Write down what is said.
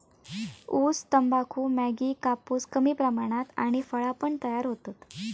ऊस, तंबाखू, मॅगी, कापूस कमी प्रमाणात आणि फळा पण तयार होतत